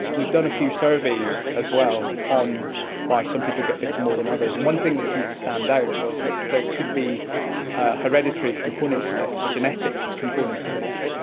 we've done a few surveys as well on why some people get bitten more than others, and one thing that seemed to stand out was there could be a hereditary component to this, a genetic component to this.